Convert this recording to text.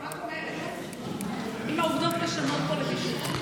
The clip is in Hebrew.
אני רק אומרת, אם העובדות משנות פה למישהו.